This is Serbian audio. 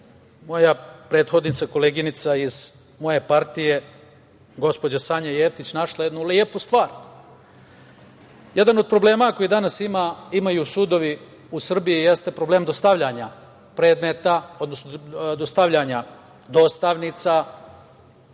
moja prethodnica, koleginica iz moje partije, gospođa Sanja Jefić, našla jednu lepu star. Jedan od problema koji danas imaju sudovi u Srbiji jeste problem dostavljanja predmeta, odnosno dostavljanja dostavnica,